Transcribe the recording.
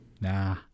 Nah